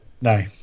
No